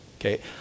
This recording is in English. Okay